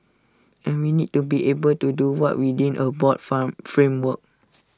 and we need to be able to do what within A broad from framework